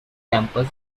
campus